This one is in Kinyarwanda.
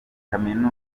kaminuza